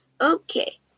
okay